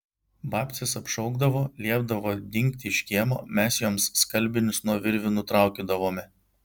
babcės apšaukdavo liepdavo dingti iš kiemo mes joms skalbinius nuo virvių nutraukydavome